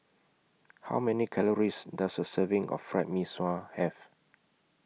How Many Calories Does A Serving of Fried Mee Sua Have